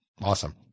Awesome